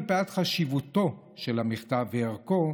מפאת חשיבותו של המכתב וערכו,